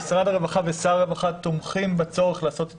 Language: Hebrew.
משרד הרווחה ושר הרווחה תומכים בצורך לעשות את